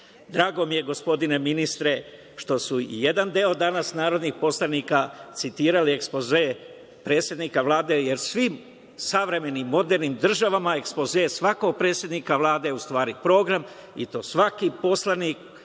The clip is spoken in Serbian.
citat. Drago mi je, gospodine ministre, što su jedan deo narodnih poslanika danas citirali ekspoze predsednika Vlade, jer u svim savremenim modernim državama ekspoze svakog predsednika vlade je u stvari program i to svaki poslanik